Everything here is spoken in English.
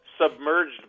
submerged